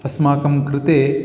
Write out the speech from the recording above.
अस्माकं कृते